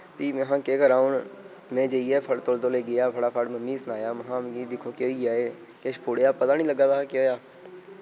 फ्ही महा केह् करा हून में जाइयै फट्ट तौले तौले गेआ फटाफट मम्मी ही सनाया महा मिकी दिक्खो केह् होइया एह् किश पुढ़ेआ पता निं लग्गा दा हा केह् होआ